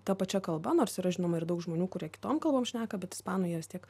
ta pačia kalba nors yra žinoma ir daug žmonių kurie kitom kalbom šneka bet ispanų jie vis tiek